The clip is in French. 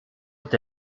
est